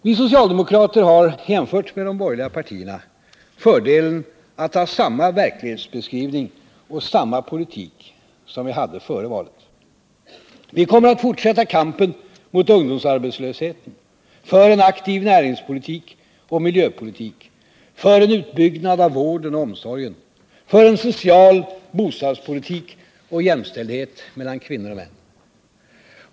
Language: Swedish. Vi socialdemokrater har, jämfört med de borgerliga partierna, fördelen att ha samma verklighetsbeskrivning och samma politik som vi hade före valet. Vi kommer att fortsätta kampen mot ungdomsarbetslösheten, för en aktiv näringspolitik och miljöpolitik, för en utbyggnad av vården och omsorgen, för en social bostadspolitik och jämställdhet mellan kvinnor och män.